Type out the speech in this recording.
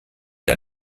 der